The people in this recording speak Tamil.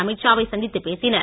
அமீத் ஷாவை சந்தித்துப் பேசினர்